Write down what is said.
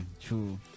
true